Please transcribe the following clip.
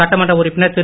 சட்டமன்ற உறுப்பினர் திரு